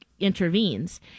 intervenes